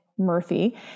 Murphy